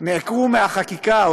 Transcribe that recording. נעקרו מהחקיקה,